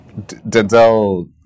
Denzel